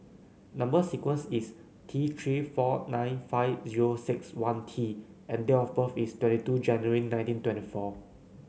number sequence is T Three four nine five zero six one T and date of birth is twenty two January nineteen twenty four